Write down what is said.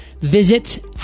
Visit